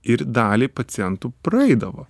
ir daliai pacientų praeidavo